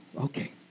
okay